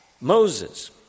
Moses